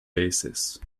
basis